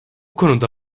konuda